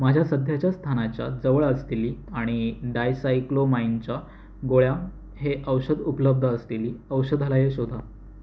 माझ्या सध्याच्या स्थानाच्या जवळ असलेली आणि डायसायक्लोमाइनच्या गोळ्या हे औषध उपलब्ध असलेली औषधालये शोधा